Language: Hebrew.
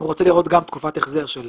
הוא רוצה לראות גם תקופת החזר של